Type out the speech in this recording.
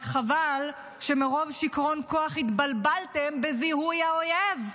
רק חבל שמרוב שיכרון כוח התבלבלתם בזיהוי האויב.